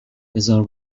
بذار